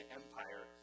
empire